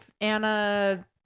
Anna